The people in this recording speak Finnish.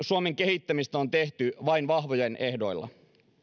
suomen kehittämistä on tehty vain vahvojen ehdoilla